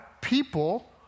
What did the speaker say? people